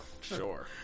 Sure